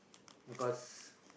because